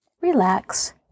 relax